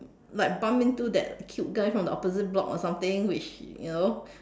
like bump into that cute guy from the opposite block or something which you know